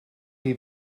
chi